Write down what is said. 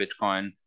Bitcoin